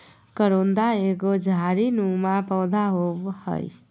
करोंदा एगो झाड़ी नुमा पौधा होव हय